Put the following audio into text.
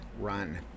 run